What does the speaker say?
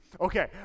Okay